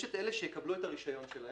יש את אלה שיקבלו את ההגדר הזה